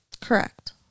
Correct